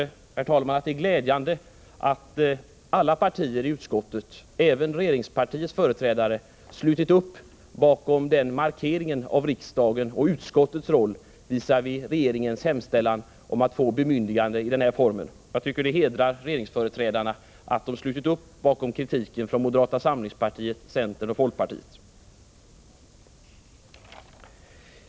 Jag tycker, herr talman, att det är glädjande att alla partier i utskottet — även regeringspartiets företrädare — har slutit upp bakom den Särskilda arbetsmarkeringen av riksdagens och utskottets roll visavi regeringen och dess marknadspolitiska hemställan att få bemyndigande i den här formen. Jag tycker att det hedrar åtgärder i Udderegeringspartiets företrädare att de slutit upp bakom kritiken från moderata vallaregionen samlingspartiet, centern och folkpartiet.